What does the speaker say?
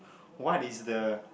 what is the